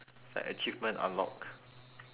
like achievement unlocked